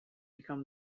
become